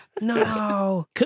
No